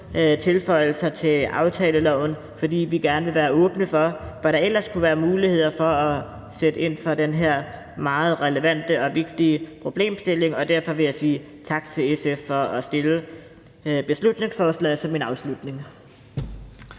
tilføjelser til aftaleloven, fordi vi gerne vil være åbne for, hvad der ellers kunne være af muligheder for at sætte ind over for den her meget relevante og vigtige problemstilling, og derfor vil jeg som min afslutning sige tak til SF for at fremsætte beslutningsforslaget. Kl.